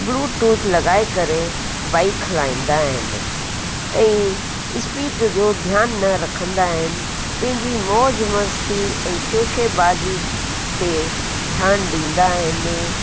Bluetooth लॻाए करे bike हलाईंदा आहिनि ऐं स्पीड जो ध्यान न रखंदा आहिनि पंहिंजी मौज मस्ती ऐं शो शे बाजी ते ध्यानु ॾींदा आहिनि